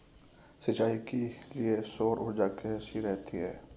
सिंचाई के लिए सौर ऊर्जा कैसी रहती है?